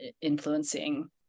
influencing